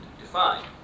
defined